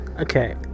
Okay